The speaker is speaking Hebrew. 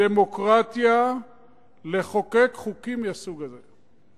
דמוקרטיה לחוקק חוקים מהסוג הזה.